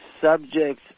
subjects